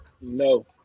No